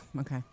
okay